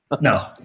No